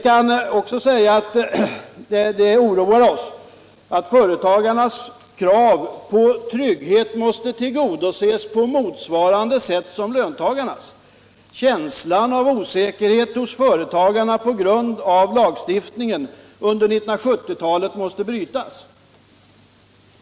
Det oroar oss också att företagarnas krav på trygghet måste tillgodoses på motsvarande sätt som löntagarnas. Känslan av osäkerhet hos företagarna på grund av lagstiftningen under 1970-talet måste brytas.